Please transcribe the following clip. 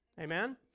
Amen